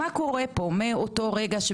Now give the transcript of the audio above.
מה קורה מאותו רגע?